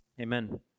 Amen